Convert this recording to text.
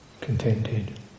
contented